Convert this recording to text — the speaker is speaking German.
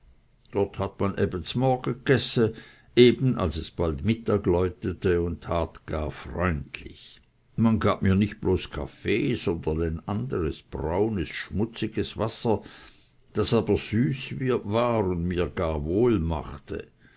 dort hat man eben z'morge g'gesse eben als es mittag läutete und tat gar freundlich man gab mir nicht bloß kaffee sondern ein anderes braunes schmutziges wasser das aber süß war und mir gar wohl machte